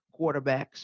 quarterbacks